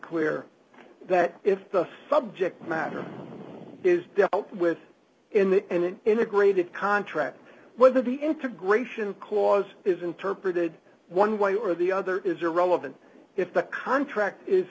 clear that if the subject matter is with in the end an integrated contract whether the integration clause is interpreted one way or the other is irrelevant if the contract is